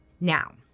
Now